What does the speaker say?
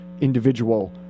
individual